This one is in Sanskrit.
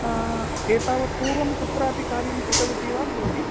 एतावत् पूर्वं कुत्रापि कार्यं कृतवती वा भवती